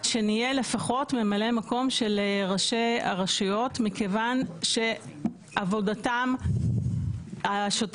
שנהיה לפחות ממלאי מקום של ראשי הרשויות מכיוון שעבודתם השוטפת